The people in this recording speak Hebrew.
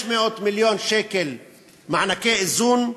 500 מיליון שקל מענקי איזון,